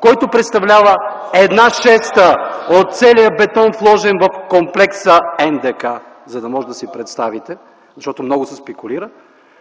който представлява една шеста от целия бетон, вложен в комплекса НДК, за да можете да си представите, защото много се спекулира.